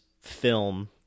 film